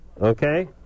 Okay